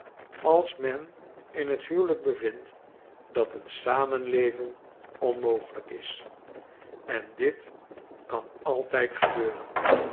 als men in het huwelijk bevindt dat een samenleven onmogelijk is en dit kan altijd gebeuren